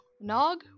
Nog